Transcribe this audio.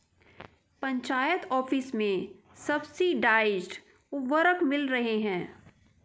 panchayat office में subsidised उर्वरक मिल रहे हैं